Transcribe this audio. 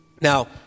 Now